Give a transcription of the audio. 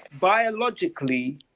Biologically